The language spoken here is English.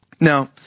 Now